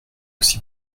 aussi